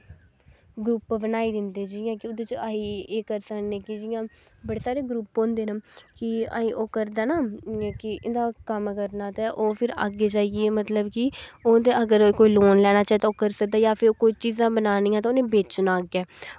group बनाई दिंदे जियां कि ओह्दे च अस एह् करी सकनें कि जियां बड़े सारे ग्रुप होंदे न कि अहें ओह् करदे ना कि इं'दा कम्म करना ते ओह् फिर अग्गें जाइयै मतलब कि ओह् ते अगर कोई लोन लैना चाहे ते ओह् करी सकदा ते जां फिर चीजां बनानियां ते उ'नें बेचना अग्गें